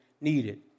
needed